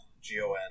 G-O-N